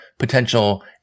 potential